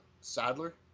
sadler